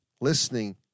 listening